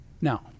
Now